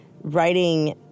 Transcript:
writing